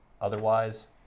otherwise